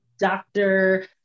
doctor